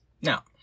Now